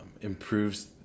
improves